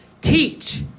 teach